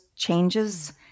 changes